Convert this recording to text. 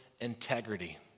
integrity